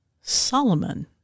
Solomon